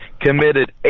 committed